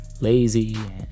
lazy